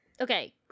okay